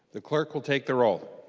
the clerk will take the roll